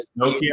Nokia